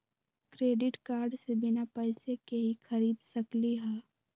Credit card से बिना पैसे के ही खरीद सकली ह?